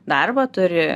darbą turi